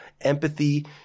Empathy